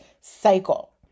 cycle